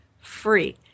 Free